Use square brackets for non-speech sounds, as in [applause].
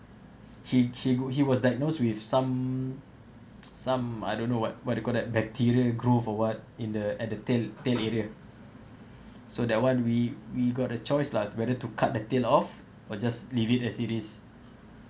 he he he was diagnosed with some [noise] some I don't know what what you call that bacteria growth or what in the at the tail tail area so that one we we got a choice lah whether to cut the tail off or just leave it as it is